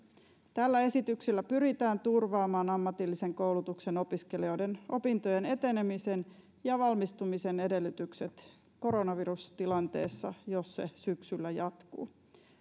tällä esityksellä pyritään turvaamaan ammatillisen koulutuksen opiskelijoiden opintojen etenemisen ja valmistumisen edellytykset koronavirustilanteessa jos se syksyllä jatkuu